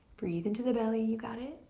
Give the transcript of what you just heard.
breathe into the belly, you got it.